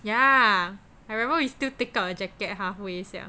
ya I remember we still take out a jacket halfway sia